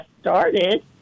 started